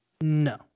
No